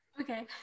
Okay